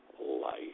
life